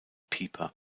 pieper